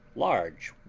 large,